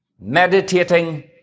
meditating